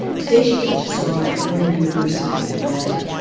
today, she teaches law at emory university in atlanta.